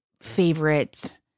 favorite